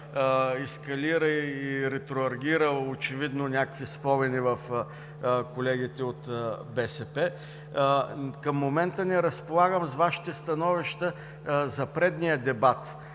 ескалира и ретроагира очевидно някакви спомени у колеги от БСП. Към момента не разполагам с Вашите становища за предния дебат